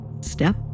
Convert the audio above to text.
step